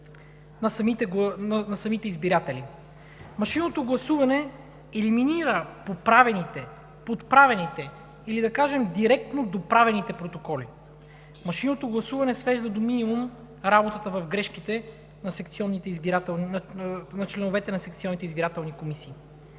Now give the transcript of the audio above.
на самите избиратели. Машинното гласуване елиминира подправените, или да кажем директно – доправените, протоколи. Машинното гласуване свежда до минимум работата в грешките на членовете на секционните избирателни комисии.